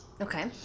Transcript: Okay